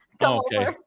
Okay